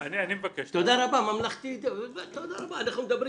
אנחנו לא